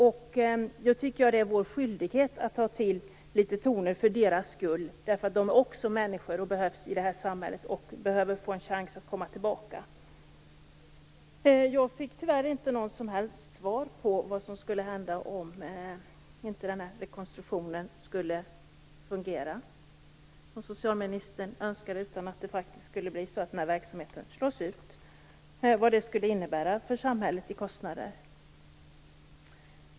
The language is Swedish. Jag tycker att det är vår skyldighet att ta till höga toner för deras skull, därför att de är också människor och behövs i samhället, och de behöver få en chans att komma tillbaka. Jag fick tyvärr inte något som helst svar på frågan vad som skulle hända om rekonstruktionen inte fungerar som socialministern önskar, utan det blir så att den här verksamheten slås ut, och vad det skulle innebära i kostnader för samhället.